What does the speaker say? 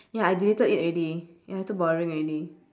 ya I deleted it already ya too boring already